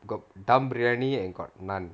got dum briyani and got naan